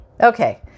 Okay